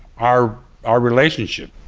our our relationship,